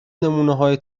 نمونههای